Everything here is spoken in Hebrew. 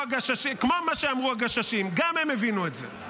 כמו מה שאמרו הגששים, גם הם הבינו את זה.